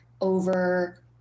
over